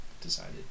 decided